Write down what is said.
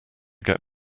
get